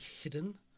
hidden